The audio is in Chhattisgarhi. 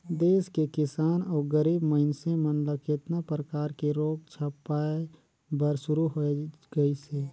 देस के किसान अउ गरीब मइनसे मन ल केतना परकर के रोग झपाए बर शुरू होय गइसे